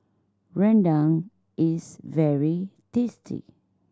rendang is very tasty